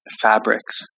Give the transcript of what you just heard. fabrics